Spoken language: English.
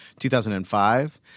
2005